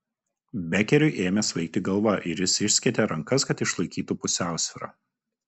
bekeriui ėmė svaigti galva ir jis išskėtė rankas kad išlaikytų pusiausvyrą